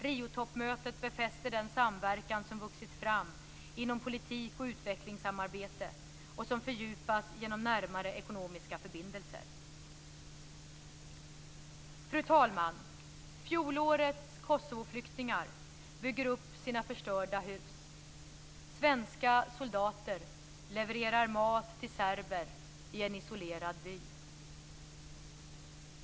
Riotoppmötet befäste den samverkan som vuxit fram inom politik och utvecklingssamarbete och som fördjupas genom närmare ekonomiska förbindelser. Fru talman! Fjolårets Kosovoflyktingar bygger upp sina förstörda hus. Svenska soldater levererar mat till serber i en isolerad by.